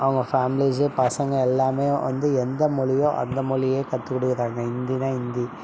அவங்க ஃபேமிலிஸ் பசங்க எல்லாமே வந்து எந்த மொழியோ அந்த மொழியே கற்றுக்கொடுக்குறாங்க ஹிந்தின்னால் ஹிந்தி